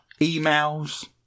emails